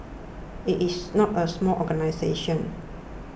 it is not a small organisation